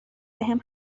بهم